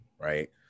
right